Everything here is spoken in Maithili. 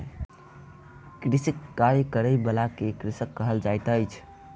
कृषिक कार्य करय बला के कृषक कहल जाइत अछि